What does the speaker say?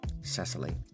Cecily